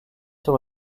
sur